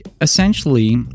essentially